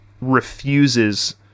refuses